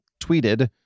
tweeted